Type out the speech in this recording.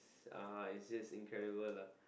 is uh is just incredible lah